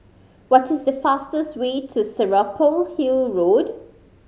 what is the fastest way to Serapong Hill Road